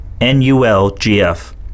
NULGF